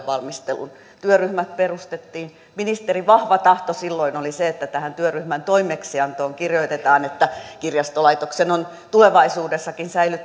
valmistelun työryhmä perustettiin ja ministerin vahva tahto silloin oli se että tähän työryhmän toimeksiantoon kirjoitetaan että kirjastolaitoksen on tulevaisuudessakin